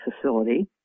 facility